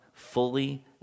fully